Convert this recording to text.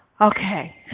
Okay